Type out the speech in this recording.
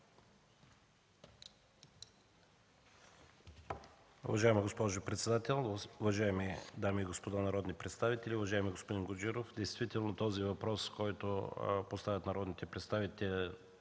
Уважаема госпожо председател, уважаеми дами и господа народни представители! Уважаеми господин Гуджеров, действително въпросът, който поставят народните представители,